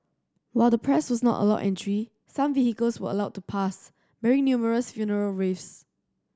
while the press was not allowed entry some vehicles were allowed to pass bearing numerous funeral wreaths